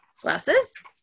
Glasses